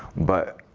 but